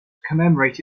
commemorate